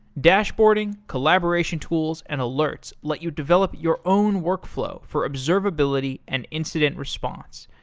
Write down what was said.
dashboarding, collaboration tools, and alerts let you develop your own workflow for observability and incident response.